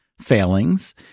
failings